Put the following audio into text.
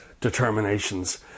determinations